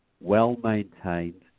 well-maintained